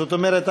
זאת אומרת,